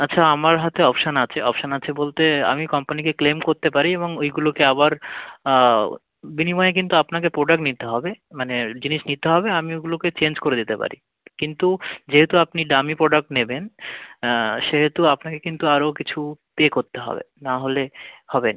আচ্ছা আমার হাতে অপশান আছে অপশান আছে বলতে আমি কম্পানিকে ক্লেম করতে পারি এবং ওইগুলোকে আবার বিনিময়ে কিন্তু আপনাকে প্রোডাক্ট নিতে হবে মানে জিনিস নিতে হবে আমি ওগুলোকে চেঞ্জ করে দিতে পারি কিন্তু যেহেতু আপনি দামী প্রোডাক্ট নেবেন সেহেতু আপনাকে কিন্তু আরও কিছু পে করতে হবে নাহলে হবে না